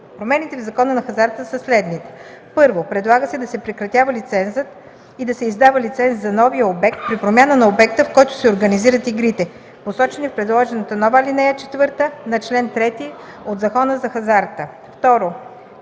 Промените в Закона за хазарта са следните: 1. Предлага се да се прекратява лицензът и да се издава лиценз за новия обект при промяна на обекта, в който се организират игрите, посочени в предложената нова ал. 4 на чл. 3 от Закона за хазарта.